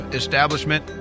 establishment